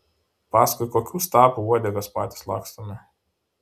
paskui kokių stabų uodegas patys lakstome